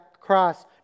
cross